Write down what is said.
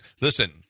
Listen